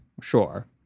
Sure